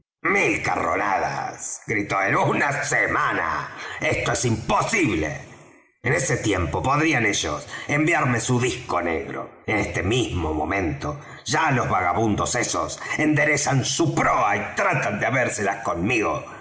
carronadas gritó él una semana esto es imposible en ese tiempo podrían ellos enviarme su disco negro en este mismo momento ya los vagabundos esos enderezan su proa y tratan de habérselas conmigo